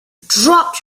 dropped